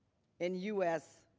in u. s.